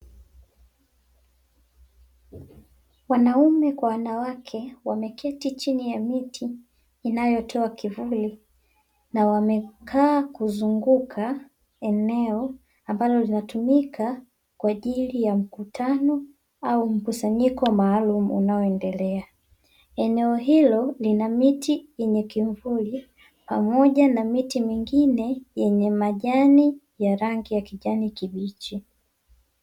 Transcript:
Wanaume kwa wanawake wameketi chini ya miti inayotoa kivuli, na wanekaa kuzunguka eneo ambalo linatumika kwa ajili ya mkutano au mkusanyiko maalumu unaoendelea. Eneo hilo lina miti yenye kimvuli pamoja na miti mingine yenye majani ya rangi ya kijani kibichi.